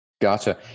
Gotcha